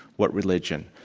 what religion.